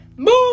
move